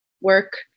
work